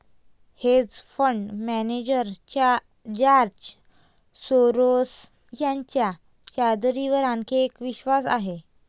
hedge fund manager George Soros यांचा चांदीवर आणखी एक विश्वास आहे